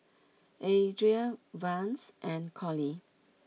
Adria Vance and Collie